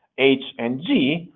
h and g,